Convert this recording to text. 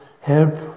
help